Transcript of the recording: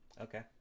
okay